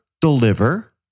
deliver